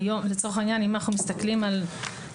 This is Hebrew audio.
לצורך העניין אם אנחנו מסתכלים על מוסדות